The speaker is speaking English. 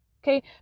Okay